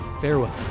Farewell